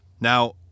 Now